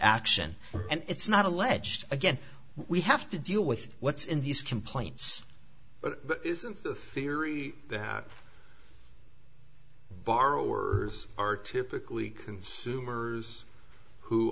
action and it's not alleged again we have to deal with what's in these complaints but isn't the theory that borrowers are typically consumers who